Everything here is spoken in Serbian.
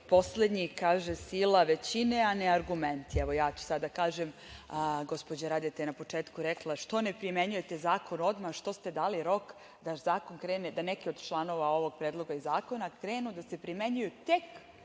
poslednji. Kaže – sila većine, a ne argumenti. Evo, ja ću sada da kažem, gospođa Radeta je na početku rekla – što ne primenjujete zakon odmah, što ste dali rok da neki od članova ovog predloga zakona krenu da se primenjuju tek